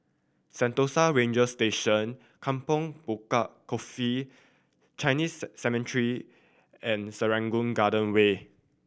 Sentosa Ranger Station Kampong Bukit Coffee Chinese Cemetery and Serangoon Garden Way